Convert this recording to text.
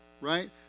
Right